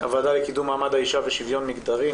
הוועדה לקידום מעמד האישה ושוויון מגדרי.